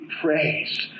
praised